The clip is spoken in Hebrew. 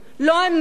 לא אני,